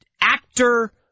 actor